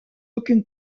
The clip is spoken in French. aucune